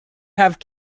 have